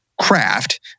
craft